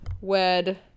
wed